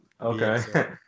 Okay